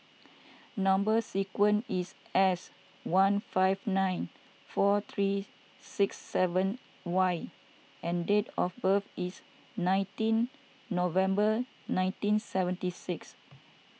Number Sequence is S one five nine four three six seven Y and date of birth is nineteen November nineteen seventy six